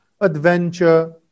Adventure